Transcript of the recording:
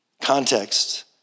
Context